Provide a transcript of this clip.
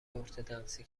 ارتدنسی